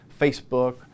Facebook